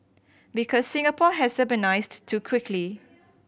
because Singapore has urbanised too quickly